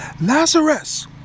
Lazarus